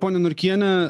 pone norkiene